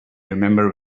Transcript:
remember